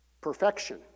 perfection